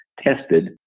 tested